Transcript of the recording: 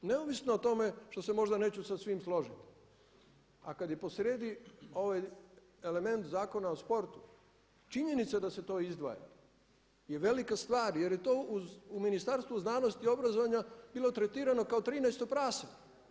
Neovisno o tome što se možda neću sa svime složiti a kada je po srijedi ovaj element Zakona o sportu činjenica da se to izdvaja je velika stvar je je to u Ministarstvu znanosti i obrazovanja bilo tretirano kao 13-to prase.